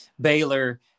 Baylor